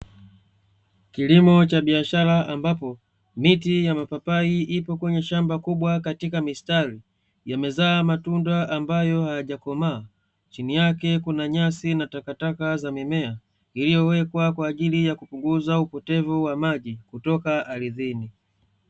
Kilimo cha biashara ambapo miti ya mapapai ipo kwenye shamba kubwa katika mistari yamezaa matunda ambayo hayajakomaa chini yake kuna nyasi na takataka za mimea iliyoekwa kwa ajili ya kupunguza upotevu wa maji.